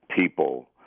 people